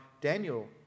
Daniel